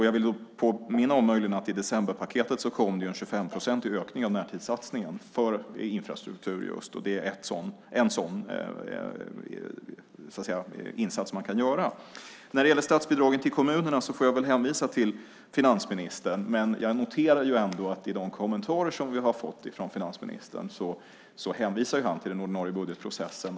Jag vill påminna om att det i decemberpaketet kom en 25-procentig ökning av närtidssatsningen för just infrastruktur. Det är en sådan insats man kan göra. När det gäller statsbidragen till kommunerna får jag hänvisa till finansministern. Jag noterar ändå de kommentarer som vi har fått från finansministern. Han hänvisar till den ordinarie budgetprocessen.